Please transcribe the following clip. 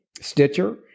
Stitcher